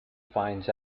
finds